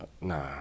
nah